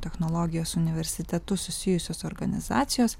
technologijos universitetu susijusios organizacijos